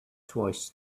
twice